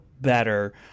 better